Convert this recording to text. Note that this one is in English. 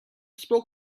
spoke